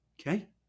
Okay